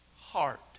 heart